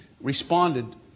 responded